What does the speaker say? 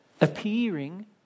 appearing